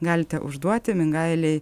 galite užduoti mingailei